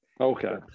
okay